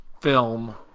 film